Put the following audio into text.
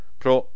pro